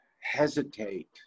hesitate